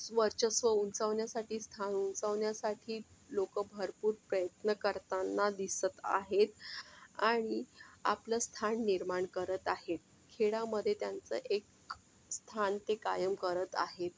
वर्चस्व उंचावण्यासाठी स्थान उंचावण्यासाठी लोकं भरपूर प्रयत्न करतांना दिसत आहेत आणि आपलं स्थान निर्माण करत आहेत खेळामध्ये त्यांचं एक स्थान ते कायम करत आहे